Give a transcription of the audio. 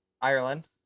ireland